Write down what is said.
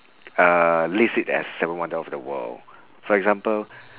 uh list it as seven wonder of the world for example